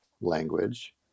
Language